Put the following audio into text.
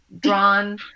drawn